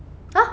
!huh!